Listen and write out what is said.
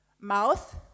mouth